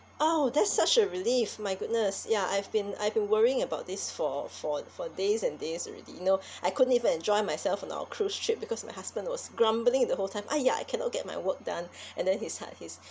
oh that's such a relief my goodness ya I've been I've been worrying about this for for for days and days already you know I couldn't even enjoy myself on our cruise trip because my husband was grumbling the whole time !aiya! I cannot get my work done and then his his